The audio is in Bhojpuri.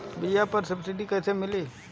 बीया पर सब्सिडी कैसे मिली?